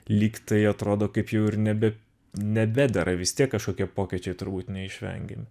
lyg tai atrodo kaip jau ir nebe nebedera vis tiek kažkokie pokyčiai turbūt neišvengiami